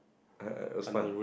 uh it was fun